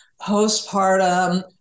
postpartum